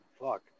Fuck